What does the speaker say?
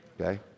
Okay